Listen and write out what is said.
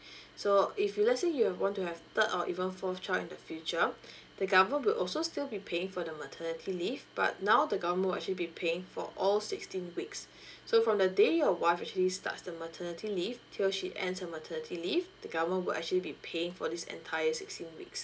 so if you let's say you have want to have third or even fourth child in the future the government will also still be paying for the maternity leave but now the government will actually be paying for all sixteen weeks so from the day your wife actually starts the maternity leave till she ends her maternity leave the government will actually be paying for this entire sixteen weeks